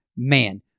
Man